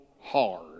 hard